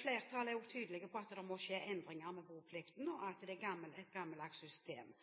Flertallet er også tydelig på at det må skje endringer i boplikten, og at det er et gammeldags system.